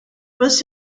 most